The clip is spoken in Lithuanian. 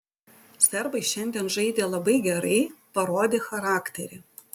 serbai šiandien žaidė labai gerai parodė charakterį